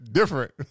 different